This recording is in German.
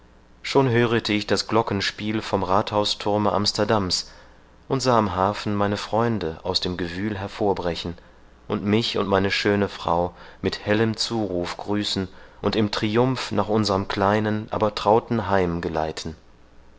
schon hörete ich das glockenspiel vom rathhausthurme amsterdams und sah am hafen meine freunde aus dem gewühl hervorbrechen und mich und meine schöne frau mit hellem zuruf grüßen und im triumph nach unserem kleinen aber trauten